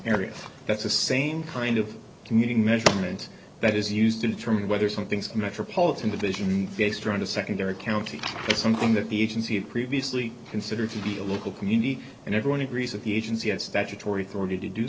area that's the same kind of commuting measurement that is used to determine whether something's metropolitan division based around a secondary county is something that the agency had previously considered to be a local community and everyone agrees that the agency had statutory authority to do